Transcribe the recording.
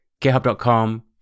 github.com